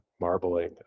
marbling